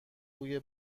بوی